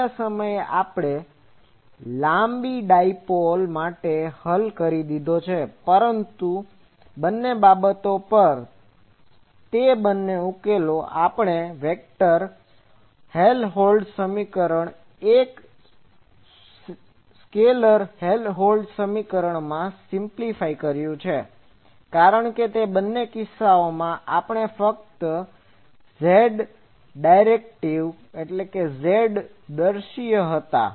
બીજે સમય પણ આપણે લાંબી ડાઇપોલ dipole દ્વીધ્રુવી માટે તેનો હલ કરી દીધેલ છે પરંતુ તે બંને બાબતો પરના તે બંને ઉકેલો આપણે વેક્ટર હેલહોલ્ટ્ઝ સમીકરણને એક સ્કેલેર હેલહોલ્ટ્ઝ સમીકરણમાં સીમ્પ્લીફાય કર્યું છે કારણ કે તે બંને કિસ્સાઓમાં આપણે ફક્ત ઝેડ ડિરેક્ટિવz directive z દીશીય હતા